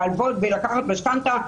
להלוות ולקחת משכנתה,